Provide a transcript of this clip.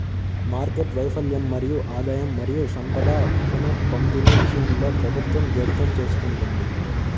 market వైఫల్యం మరియు ఆదాయం మరియు సంపద పునఃపంపిణీ విషయంలో ప్రభుత్వం జోక్యం చేసుకుంటుంది